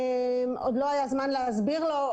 עוד לא היה זמן להסביר לו.